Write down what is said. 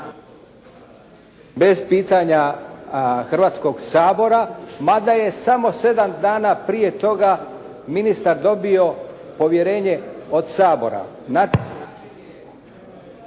bez pitanja Hrvatskog sabora, mada je samo 7 dana prije toga ministar dobio povjerenje od Sabora.